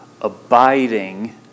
abiding